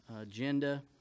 agenda